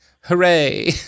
Hooray